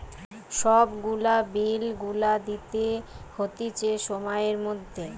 সব গুলা বিল গুলা দিতে হতিছে সময়ের মধ্যে